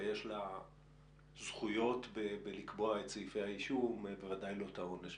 יש לה זכויות בקביעת סעיפי האישום ובוודאי לא את העונש.